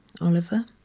oliver